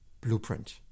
blueprint